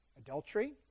Adultery